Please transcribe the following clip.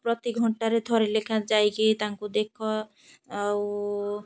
ପ୍ରତି ଘଣ୍ଟାରେ ଥରେ ଲେଖା ଯାଇକି ତାଙ୍କୁ ଦେଖ ଆଉ